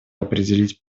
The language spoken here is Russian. определить